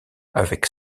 avec